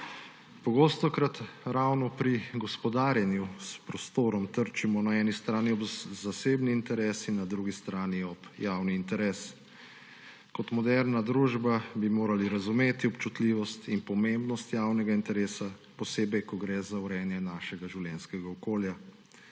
Pogostokrat ravno pri gospodarjenju s prostorom trčijo na eni strani zasebni interesi ob javni interes na drugi strani. Kot moderna družba bi morali razumeti občutljivost in pomembnost javnega interesa, posebej ko gre za urejanje našega življenjskega okolja.